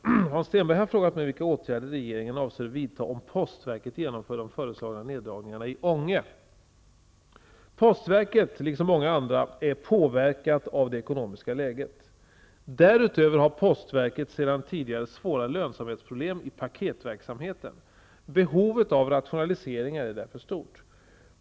Herr talman! Hans Stenberg har frågat mig vilka åtgärder regeringen avser att vidta om postverket genomför de föreslagna neddragningarna i Ånge. Postverket, liksom många andra, är påverkat av det ekonomiska läget. Därutöver har postverket sedan tidigare svåra lönsamhetsproblem i paketverksamheten. Behovet av rationaliseringar är därför stort.